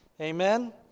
Amen